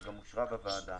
שגם אושרה בוועדה.